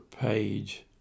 page